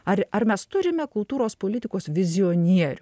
ar ar mes turime kultūros politikos vizionierių